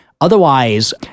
Otherwise